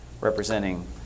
representing